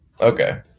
Okay